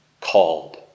called